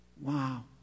Wow